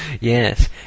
yes